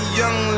young